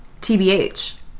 TBH